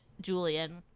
Julian